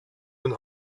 und